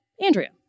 Andrea